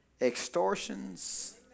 extortions